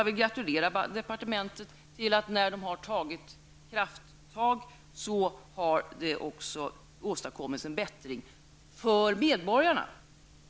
Vi gratulerar departementet till att det efter krafttag har kunnat åstadkommas en bättring för medborgarna.